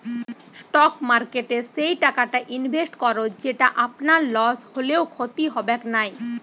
stock মার্কেটে সেই টাকাটা ইনভেস্ট করো যেটো আপনার লস হলেও ক্ষতি হবেক নাই